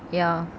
ya